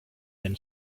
been